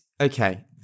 Okay